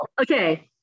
okay